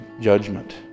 judgment